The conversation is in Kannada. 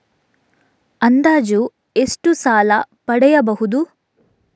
ಅಂದಾಜು ಎಷ್ಟು ಸಾಲ ಪಡೆಯಬಹುದು?